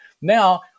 Now